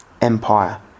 empire